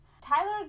Tyler